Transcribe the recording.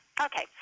Okay